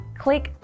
click